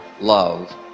love